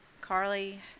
Carly